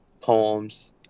poems